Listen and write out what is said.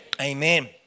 Amen